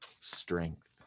strength